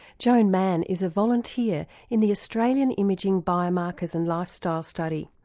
joan mann is a volunteer in the australian imaging biomarkers and lifestyle study.